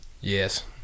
Yes